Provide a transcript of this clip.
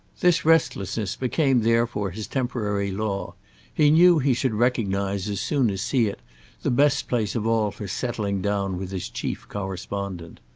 this restlessness became therefore his temporary law he knew he should recognise as soon as see it the best place of all for settling down with his chief correspondent.